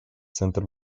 центр